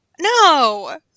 no